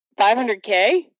500K